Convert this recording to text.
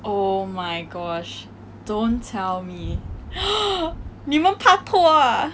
oh my gosh don't tell me !huh! 你们 pak tor ah